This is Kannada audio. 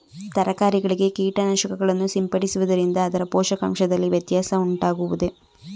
ತರಕಾರಿಗಳಿಗೆ ಕೀಟನಾಶಕಗಳನ್ನು ಸಿಂಪಡಿಸುವುದರಿಂದ ಅದರ ಪೋಷಕಾಂಶದಲ್ಲಿ ವ್ಯತ್ಯಾಸ ಉಂಟಾಗುವುದೇ?